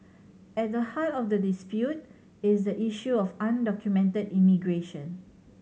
at the heart of the dispute is the issue of undocumented immigration